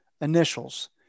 initials